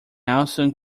also